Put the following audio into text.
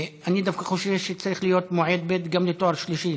אני דווקא חושב שצריך להיות מועד ב' גם לתואר שלישי,